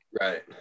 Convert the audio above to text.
Right